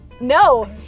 No